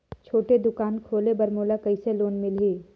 छोटे दुकान खोले बर मोला कइसे लोन मिलही?